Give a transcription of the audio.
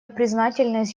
признательность